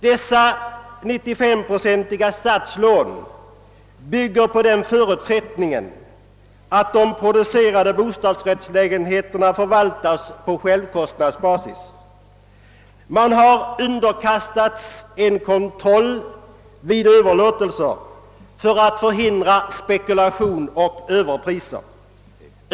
De 95 procentiga statslånen bygger på den förutsättningen, att de producerade bostadsrättslägenheterna förvaltas på självkostnadsbasis. Man har infört en kontroll vid överlåtelser för att förhindra spekulationer och överpriser.